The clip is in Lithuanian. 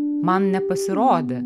man nepasirodė